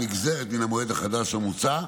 הנגזרת מן המועד החדש המוצע,